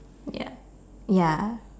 ya ya